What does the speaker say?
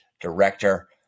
director